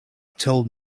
told